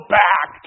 back